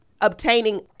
obtaining